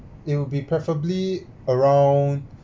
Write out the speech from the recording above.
it will be preferably around